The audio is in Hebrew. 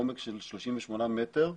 בעומק של 38 מטר,